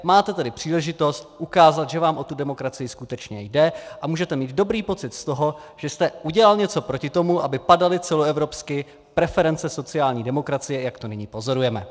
Máte tedy příležitost ukázat, že vám o tu demokracii skutečně jde, a můžete mít dobrý pocit z toho, že jste udělal něco proti tomu, aby padaly celoevropsky preference sociální demokracie, jak to nyní pozorujeme.